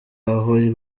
aho